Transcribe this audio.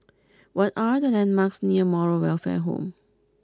what are the landmarks near Moral Welfare Home